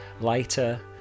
lighter